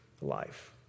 life